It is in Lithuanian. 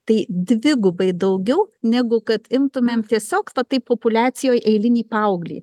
tai dvigubai daugiau negu kad imtumėm tiesiog taip populiacijoj eilinį paauglį